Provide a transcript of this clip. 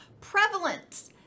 prevalence